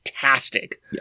Fantastic